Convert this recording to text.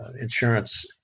insurance